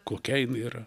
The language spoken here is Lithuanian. kokia jinai yra